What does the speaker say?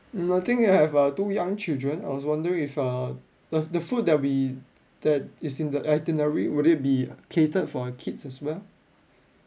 nothing I have uh two young children I was wondering if err the the food that we that is in the itinerary would it be catered for kids as well